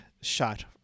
shot